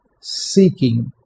seeking